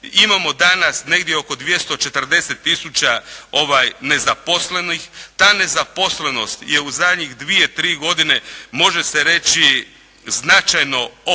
Imamo danas negdje oko 240000 nezaposlenih. Ta nezaposlenost je u zadnje dvije, tri godine može se reći značajno opala